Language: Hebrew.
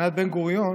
מבחינת בן-גוריון